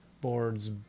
boards